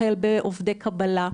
החל בעובדי קבלה,